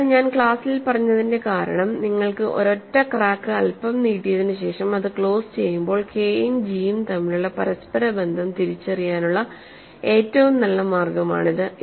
അതാണ് ഞാൻ ക്ലാസ്സിൽ പറഞ്ഞതിന്റെ കാരണം നിങ്ങൾക്ക് ഒരൊറ്റ ക്രാക്ക് അല്പം നീട്ടിയതിനു ശേഷം അത് ക്ലോസ് ചെയ്യുമ്പോൾ കെ യും ജി യും തമ്മിലുള്ള പരസ്പരബന്ധം തിരിച്ചറിയാനുള്ള ഏറ്റവും നല്ല മാർഗ്ഗമാണിത്